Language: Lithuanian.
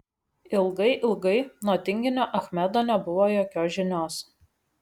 ilgai ilgai nuo tinginio achmedo nebuvo jokios žinios